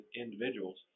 individuals